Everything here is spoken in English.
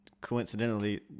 coincidentally